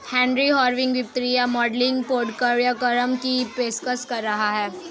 Henry Harvin वित्तीय modelling पाठ्यक्रम की पेशकश कर रहा हैं